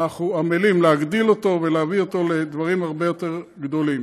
אנחנו עמלים להגדיל אותו ולהביא אותו לדברים הרבה יותר גדולים.